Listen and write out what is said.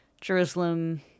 Jerusalem